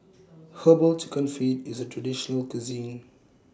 Herbal Chicken Feet IS A Traditional Cuisine